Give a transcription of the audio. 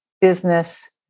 business